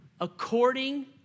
according